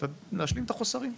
ולהשלים את החסרים.